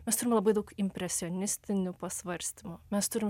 mes turim labai daug impresionistinių pasvarstymų mes turim